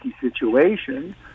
situation